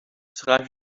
schrijf